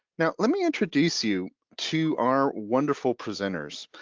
now, let me introduce you to our wonderful presenters.